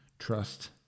trust